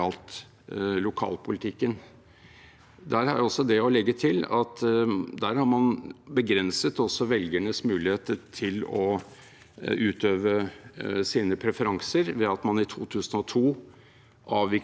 utøve sine preferanser, ved at man i 2002 avviklet muligheten til å stryke kandidater. Det er – igjen – av hensyn til kandidatene, som er bedre beskyttet enn noen gang, at man da ikke går inn på dette.